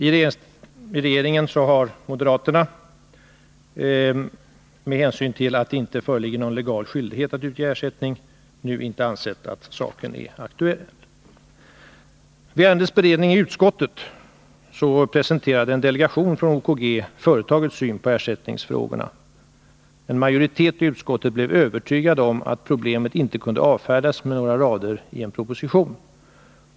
I regeringen har moderaterna, med hänsyn till att det inte föreligger någon legal skyldighet att utge ersättning, nu inte ansett att saken är aktuell. Vid ärendets beredning i utskottet presenterade en delegation från OKG företagets syn på ersättningsfrågorna. En majoritet i utskottet har övertygats om att problemet inte kunde avfärdas med några rader i en proposition.